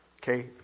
Okay